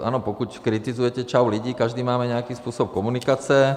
Ano, pokud kritizujete Čau lidi, každý máme nějaký způsob komunikace.